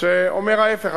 שאומר ההיפך,